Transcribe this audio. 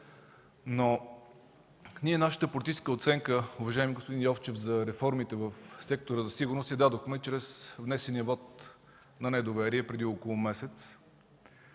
Нашата политическа оценка, уважаеми господин Йовчев, за реформите в Сектора за сигурност я дадохме чрез внесения вот на недоверие преди около месец.